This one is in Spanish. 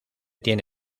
tiene